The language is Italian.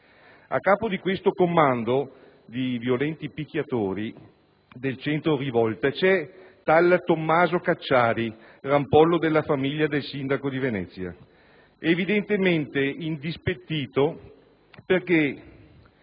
A capo di questo commando di violenti picchiatori del centro Rivolta c'è tal Tommaso Cacciari, rampollo della famiglia del sindaco di Venezia, evidentemente indispettito perché